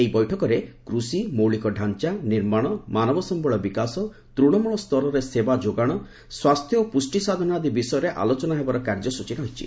ଏହି ବୈଠକରେ କୃଷି ମୌଳିକଡାଞ୍ଚା ନିର୍ମାଣ ମାନବ ସମ୍ବଳ ବିକାଶ ତ୍ତଶମଳ ସ୍ତରରେ ସେବା ଯୋଗାଣ ସ୍ୱାସ୍ଥ୍ୟ ଓ ପୁଷ୍ଟି ସାଧନ ଆଦି ବିଷୟରେ ଆଲୋଚନା ହେବାର କାର୍ଯ୍ୟସ୍ଚୀ ରହିଛି